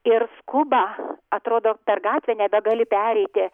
ir skuba atrodo per gatvę nebegali pereiti